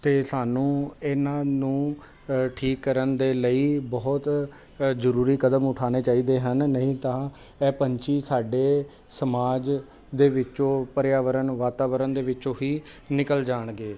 ਅਤੇ ਸਾਨੂੰ ਇਹਨਾਂ ਨੂੰ ਠੀਕ ਕਰਨ ਦੇ ਲਈ ਬਹੁਤ ਜ਼ਰੂਰੀ ਕਦਮ ਉਠਾਉਣੇ ਚਾਹੀਦੇ ਹਨ ਨਹੀਂ ਤਾਂ ਇਹ ਪੰਛੀ ਸਾਡੇ ਸਮਾਜ ਦੇ ਵਿੱਚੋਂ ਪਰਿਆਵਰਨ ਵਾਤਾਵਰਨ ਦੇ ਵਿੱਚੋਂ ਹੀ ਨਿਕਲ ਜਾਣਗੇ